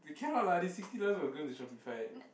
we cannot lah this sixty dollars will go into Shopify eh